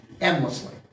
endlessly